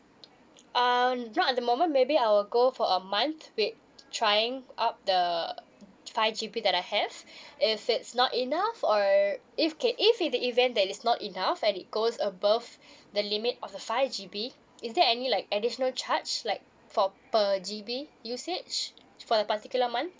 uh not at the moment maybe I'll go for a month with trying up the five G_B that I have if it's not enough or if okay if in the event that is not enough and it goes above the limit of the five G_B is there any like additional charge like for per G_B usage for the particular month